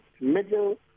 middle